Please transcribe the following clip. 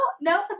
no